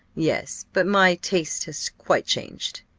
yes, but my taste has quite changed.